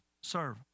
serve